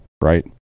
right